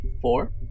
Four